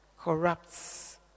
corrupts